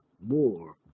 more